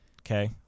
Okay